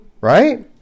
right